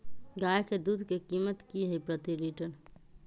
गाय के दूध के कीमत की हई प्रति लिटर?